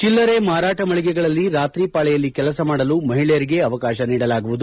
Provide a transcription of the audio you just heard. ಚಿಲ್ಲರೆ ಮಾರಾಟ ಮಳಿಗೆಗಳಲ್ಲಿ ರಾತ್ರಿ ಪಾಳಿಯಲ್ಲಿ ಕೆಲಸ ಮಾಡಲು ಮಹಿಳೆಯರಿಗೆ ಅವಕಾಶ ನೀಡಲಾಗುವುದು